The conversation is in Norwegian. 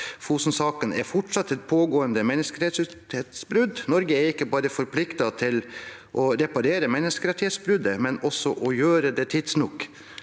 Fosen-saken fortsatt er et pågående menneskerettighetsbrudd. Norge er ikke bare forpliktet til å reparere menneskerettighetsbruddet, men også til å gjøre det tidsnok.